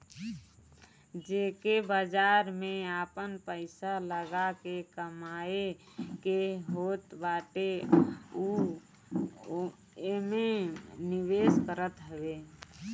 जेके बाजार में आपन पईसा लगा के कमाए के होत बाटे उ एमे निवेश करत हवे